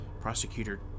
Prosecutor